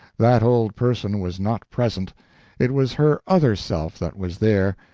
that old person was not present it was her other self that was there,